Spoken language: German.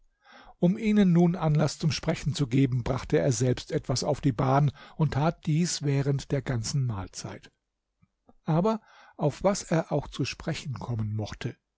um ihnen nun anlaß zum sprechen zu geben brachte er selbst etwas auf die bahn und tat dies während der ganzen mahlzeit aber auf was er auch zu sprechen kommen mochte